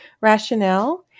Rationale